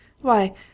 Why